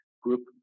group